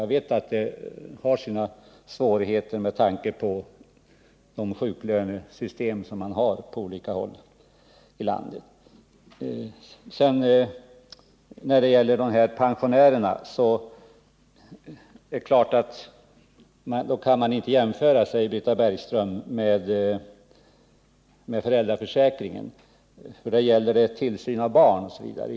Jag vet emellertid att karensdagar skulle medföra svårigheter på grund av de sjuklönesystem man har på olika håll i landet. När det gäller frågan om sjukpenning till ålderspensionärer säger Britta Bergström att man här inte kan göra en jämförelse med föräldraförsäkringen, eftersom det där gäller tillsyn av barn, osv.